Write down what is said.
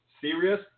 serious